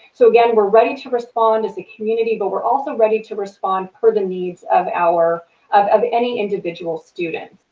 so, again, we're ready to respond as a community but we're also ready to respond for the needs of our of of any individual students.